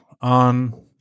on